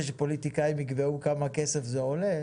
לפוליטיקאים יקבעו כמה כסף זה עולה.